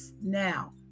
now